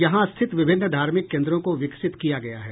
यहां स्थित विभिन्न धार्मिक केन्द्रों को विकसित किया गया है